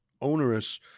onerous